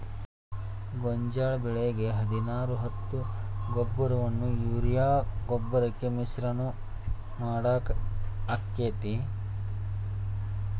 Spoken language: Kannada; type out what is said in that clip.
ಗೋಂಜಾಳ ಬೆಳಿಗೆ ಹದಿನಾರು ಹತ್ತು ಗೊಬ್ಬರವನ್ನು ಯೂರಿಯಾ ಗೊಬ್ಬರಕ್ಕೆ ಮಿಶ್ರಣ ಮಾಡಾಕ ಆಕ್ಕೆತಿ?